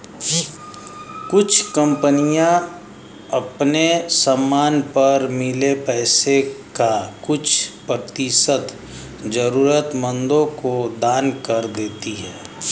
कुछ कंपनियां अपने समान पर मिले पैसे का कुछ प्रतिशत जरूरतमंदों को दान कर देती हैं